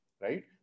right